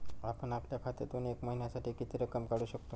आपण आपल्या खात्यामधून एका महिन्यामधे किती रक्कम काढू शकतो?